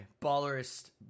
ballerist